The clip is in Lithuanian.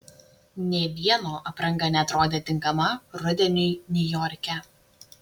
nė vieno apranga neatrodė tinkama rudeniui niujorke